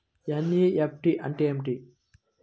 NEFT అంటే ఏమిటి?